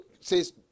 says